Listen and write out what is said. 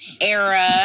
era